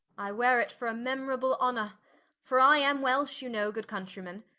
i weare it for a memorable honor for i am welch you know good countriman